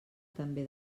també